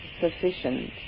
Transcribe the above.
sufficient